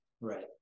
Right